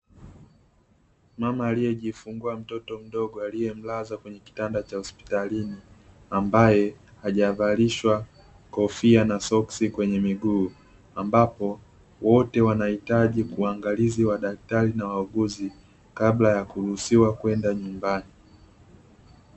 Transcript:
Mama alie jifungua mtoto mdogo alie mlaza kwenye kitanda cha hospitalini ambae hajavalishwa kofia na soksi kwenye miguu ambapo wote wanahitaji uangalizi wa daktari na wauguzi kabla ya kuruhusiwa kwenda nyumbani.